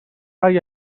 اگه